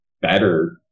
better